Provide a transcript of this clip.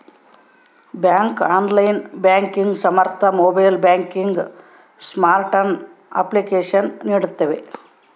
bank online banking ಸಾಮರ್ಥ್ಯ mobile banking smartphone application ನೀಡ್ತವೆ